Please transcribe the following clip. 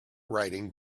riding